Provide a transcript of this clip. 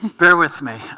bear with me